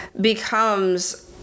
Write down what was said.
becomes